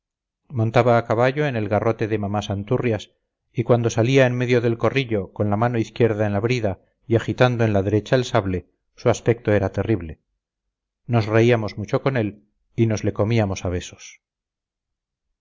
montaba a caballo en el garrote de mamá santurrias y cuando salía en medio del corrillo con la mano izquierda en la brida y agitando en la derecha el sable su aspecto era terrible nos reíamos mucho con él y nos le comíamos a besos